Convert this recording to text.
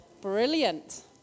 Brilliant